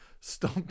stop